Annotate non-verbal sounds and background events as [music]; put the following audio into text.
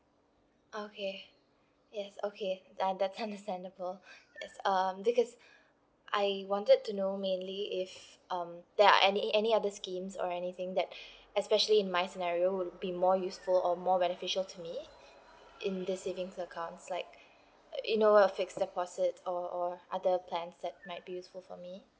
okay yes okay ah that's understandable [breath] is um because I wanted to know mainly if um there are any any other schemes or anything that [breath] especially in my scenario would be more useful or more beneficial to me in this savings accounts like uh you know a fixed deposit or or other plans that might be useful for me